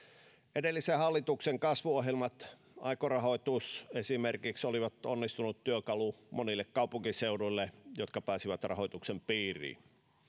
edellisen hallituksen kasvuohjelmat esimerkiksi aiko rahoitus olivat onnistuneita työkaluja monille kaupunkiseuduille jotka pääsivät rahoituksen piiriin